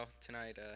tonight